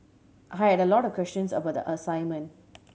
I had a lot of questions about the assignment